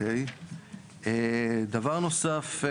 דבר נוסף,